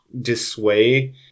dissuade